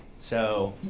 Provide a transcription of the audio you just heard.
so